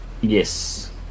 Yes